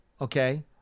okay